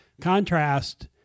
contrast